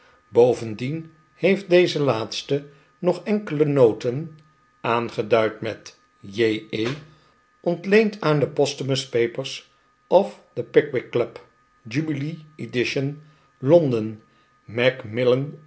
bovendien heeft deze laatste nog enkele noten aangeduid met j e ontleend aan the posthumous papers of the pickwick club jubilee edition londen macmillan